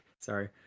sorry